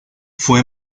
fue